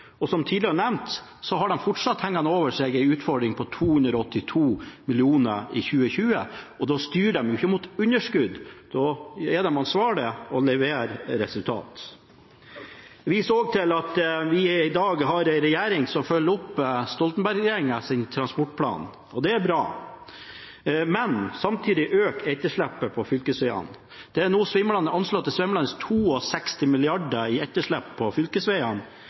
Og som tidligere nevnt, har de fortsatt en utfordring på 282 mill. kr hengende over seg i 2020. Da styrer de jo ikke mot underskudd. Da er de ansvarlig og leverer resultater. Jeg viser også til at vi i dag har en regjering som følger opp Stoltenberg-regjeringens transportplan, og det er bra, men samtidig øker etterslepet på fylkesvegene. Det er nå anslått til å være svimlende 62 mrd. kr i etterslep på